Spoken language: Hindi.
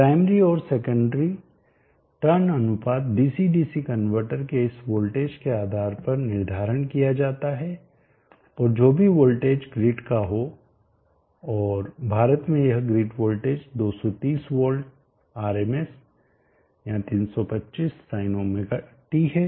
प्राइमरी और सेकेंडरी टर्न टर्न अनुपात डीसी डीसी कनवर्टर के इस वोल्टेज के आधार पर निर्धारण किया जाता है और जो भी वोल्टेज ग्रिड का हो और भारत में यह ग्रिड वोल्टेज 230 वोल्ट RMS या 325sinωt है